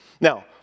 Now